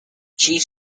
chief